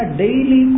daily